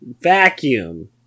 Vacuum